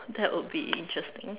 that would be interesting